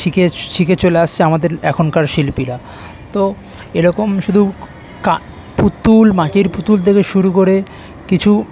শিখে শিখে চলে আসছে আমাদের এখনকার শিল্পীরা তো এরকম শুধু কা পুতুল মাটির পুতুল থেকে শুরু করে কিছু